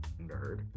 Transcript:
nerd